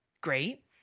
great